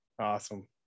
Awesome